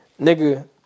nigga